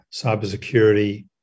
cybersecurity